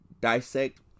dissect